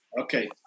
Okay